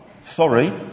sorry